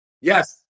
Yes